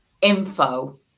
info